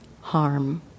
harm